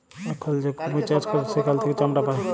এখল যে কুমির চাষ ক্যরে সেখাল থেক্যে চামড়া পায়